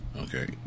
Okay